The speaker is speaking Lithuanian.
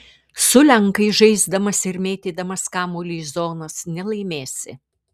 su lenkais žaisdamas ir mėtydamas kamuolį į zonas nelaimėsi